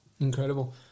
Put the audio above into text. Incredible